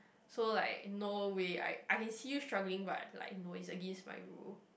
so like no way I I can see you struggling but no like it's against my rule